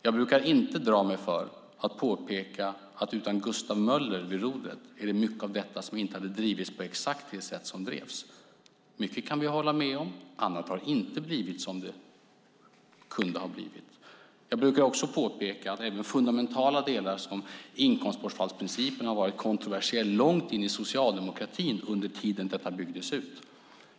Jag brukar inte dra mig för att påpeka att utan Gustav Möller vid rodret hade mycket av detta inte drivits på exakt det sätt som det drevs. Mycket kan vi hålla med om; annat har inte blivit som det kunde ha blivit. Jag brukar också påpeka att även fundamentala delar som inkomstbortfallsprincipen har varit kontroversiell långt in i socialdemokratin under den tid den byggdes ut.